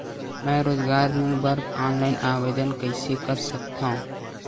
मैं रोजगार ऋण बर ऑनलाइन आवेदन कइसे कर सकथव?